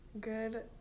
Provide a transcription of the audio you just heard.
good